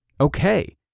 Okay